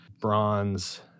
bronze